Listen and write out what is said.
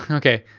and okay,